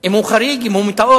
אם הוא חריג, אם הוא מטאור.